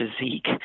physique